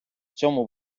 цьому